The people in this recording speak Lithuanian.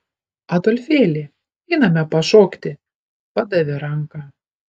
adolfėli einame pašokti padavė ranką